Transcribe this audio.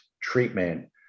treatment